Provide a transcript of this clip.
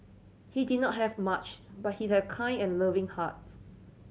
he did not have much but he had a kind and loving heart